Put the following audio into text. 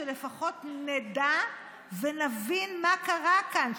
שלפחות נדע ונבין מה קרה כאן,